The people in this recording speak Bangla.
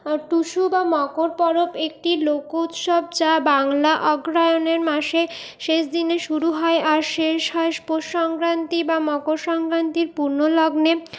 টুসু বা মকর পরব একটি লোকউৎসব যা বাংলা অগ্রহায়ণের মাসে শেষ দিনে শুরু হয় আর শেষ হয় পৌষ সংক্রান্তি বা মকর সংক্রান্তির পুণ্য লগ্নে